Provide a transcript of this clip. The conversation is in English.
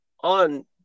on